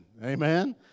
Amen